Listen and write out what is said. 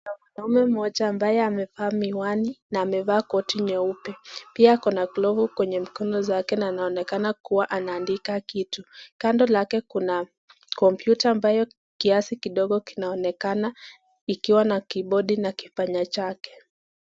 Mwanaume mmoja ambaye amevaa miwani na amevaa koti nyeupe, pia akona glovu kwenye mikono zake na anaonekana kuwa anaandika kitu. Kando lake kuna kompyuta ambayo kiasi kidogo kinaonekana ikiwa na kibodi na kipanya chake.